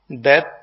Death